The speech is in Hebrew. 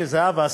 שאילתה דחופה מס'